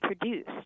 produced